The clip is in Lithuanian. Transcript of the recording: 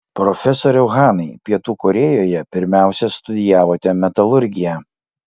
profesoriau hanai pietų korėjoje pirmiausia studijavote metalurgiją